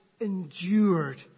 endured